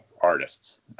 artists